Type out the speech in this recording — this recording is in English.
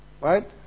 Right